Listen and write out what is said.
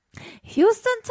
Houston